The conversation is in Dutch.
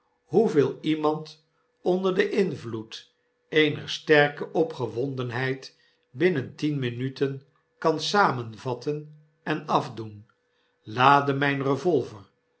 hoeveel iemand onder den invloed eener sterke opgewondenheid binnen tien minuten kan samenvattenenafdoen laadde mijn revolver